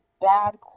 bad